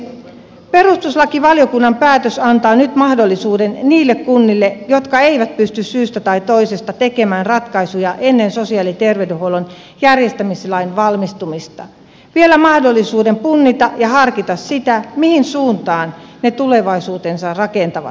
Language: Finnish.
perustuslakivaliokunnan päätös antaa nyt mahdollisuuden niille kunnille jotka eivät pysty syystä tai toisesta tekemään ratkaisuja ennen sosiaali ja terveydenhuollon järjestämislain valmistumista vielä mahdollisuuden punnita ja harkita sitä mihin suuntaan ne tulevaisuutensa rakentavat